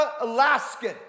Alaskan